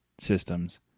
systems